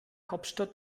hauptstadt